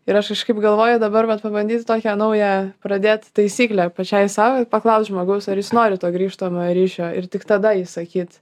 ir aš kažkaip galvoju dabar vat pabandyti tokią naują pradėt taisyklę pačiai sau paklaust žmogaus ar jis nori to grįžtamojo ryšio ir tik tada jį sakyt